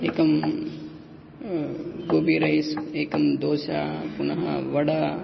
एकं गोबी रैस् एकं दोशा पुनः वडा